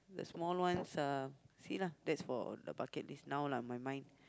the small ones uh see lah that's for the bucket list now lah my mind